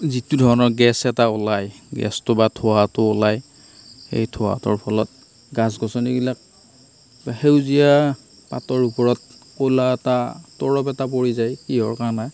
যিটো ধৰণৰ গেছ এটা ওলায় গেছটো বা ধোঁৱাটো ওলায় সেই ধোঁৱাটোৰ ফলত গছ গছনিগিলাক কিবা সেউজীয়া পাতৰ ওপৰত ক'লা এটা তৰপ এটা পৰি যায় কিহৰ কাৰণে